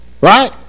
Right